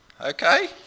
Okay